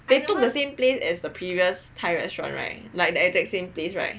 they took the same place as the previous thai restaurant right like the exact same place right